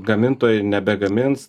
gamintojai nebegamins